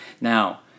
Now